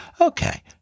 Okay